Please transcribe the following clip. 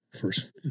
First